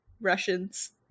Russians